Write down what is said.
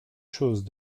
chose